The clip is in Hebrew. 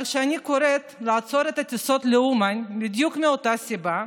אבל כשאני קוראת לעצור את הטיסות לאומן בדיוק מאותה סיבה,